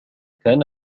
كان